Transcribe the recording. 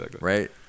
Right